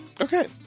Okay